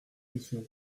missions